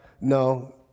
no